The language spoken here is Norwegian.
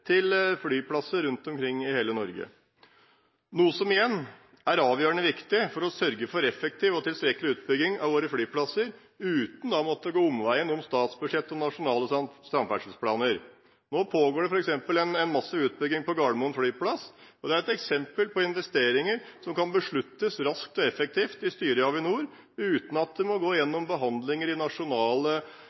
til flyplasser rundt omkring i hele Norge, noe som igjen er avgjørende viktig for å sørge for effektiv og tilstrekkelig utbygging av våre flyplasser uten å måtte gå omveien om statsbudsjett og nasjonale samferdselsplaner. Nå pågår det f.eks. en massiv utbygging av Gardermoen flyplass, og det er et eksempel på investeringer som kan besluttes raskt og effektivt i styret i Avinor uten at det må gå gjennom behandlinger i nasjonale